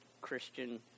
Christian